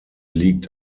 liegt